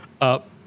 up